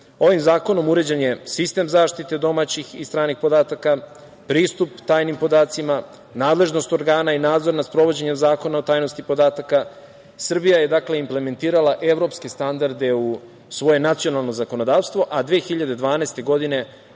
zakonom je uređen sistem zaštite domaćih i stranih podataka, pristup tajnim podacima, nadležnost organa i nadzor nad sprovođenjem Zakona o tajnosti podataka, Srbija je implementirala evropske standarde u svoje nacionalno zakonodavstvo, a 2012. godine